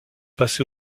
passée